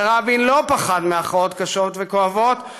ורבין לא פחד מהכרעות קשות וכואבות,